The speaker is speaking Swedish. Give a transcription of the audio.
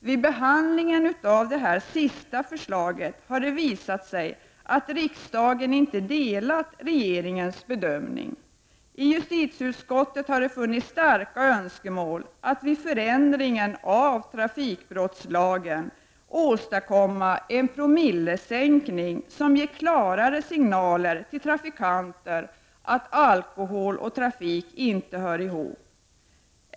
Vid behandlingen av det senaste förslaget visade det sig att riksdagen inte delade regeringens bedömning. I justitieutskottet har det funnits starka önskemål om att vid förändringen av trafikbrottslagen åstadkomma en promillesänkning, som ger klarare signaler till trafikanter om att alkohol och trafik inte hör ihop.